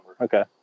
Okay